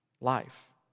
life